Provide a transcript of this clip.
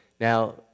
Now